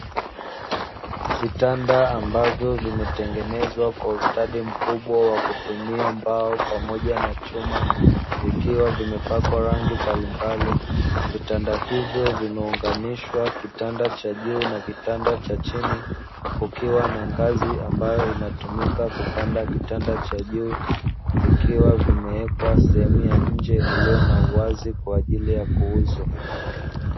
Vitanda ambavyo vimetengenezwa kwa ustadi mkubwa wa kutumia mbao pamoja na chuma, vikiwa vimepakwa rangi mbalimbali vitanda hivyo vimeunganishwa kitanda cha juu na kitanda cha chini, kukiwa na ngazi ambayo inatumika kupanda kitanda cha juu, vikiwa vimewekwa sehemu ya nje iiliyo na uwazi kwa ajili ya kuuzwa.